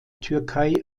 türkei